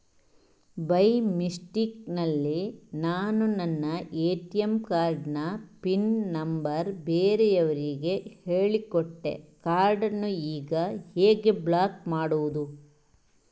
By mistake ನಲ್ಲಿ ನಾನು ನನ್ನ ಎ.ಟಿ.ಎಂ ಕಾರ್ಡ್ ನ ಪಿನ್ ನಂಬರ್ ಬೇರೆಯವರಿಗೆ ಹೇಳಿಕೊಟ್ಟೆ ಕಾರ್ಡನ್ನು ಈಗ ಹೇಗೆ ಬ್ಲಾಕ್ ಮಾಡುವುದು?